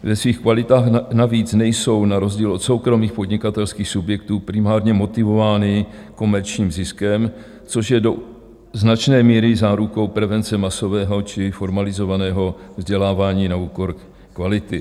Ve svých kvalitách navíc nejsou na rozdíl od soukromých podnikatelských subjektů primárně motivovány komerčním ziskem, což je do značné míry zárukou prevence masového či formalizovaného vzdělávání na úkor kvality.